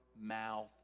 mouth